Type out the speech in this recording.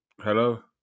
hello